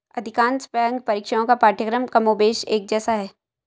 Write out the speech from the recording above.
अधिकांश बैंक परीक्षाओं का पाठ्यक्रम कमोबेश एक जैसा है